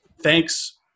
thanks